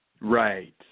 Right